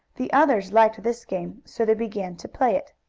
the others liked this game, so they began to play it.